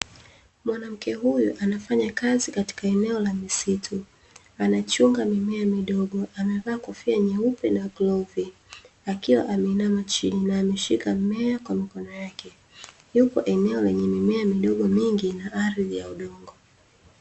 Mwanamke huyo anafanya kazi katika eneo la misitu anachunga mimea midogo, amevaa kofia nyeupe na glovi akiwa ameinama chini ameshika mimea kwa mikono yake. Yupo eneo lenye mimea midogo mingi na ardhi ya udongo.